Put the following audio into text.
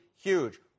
huge